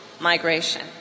migration